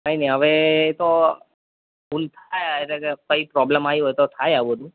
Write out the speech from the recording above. કઈ નહીં હવે તો ભૂલ થાય એટલે કે કંઈ પ્રોબ્લેમ આવી હોય તો થાય આવું બધું